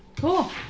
Cool